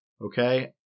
okay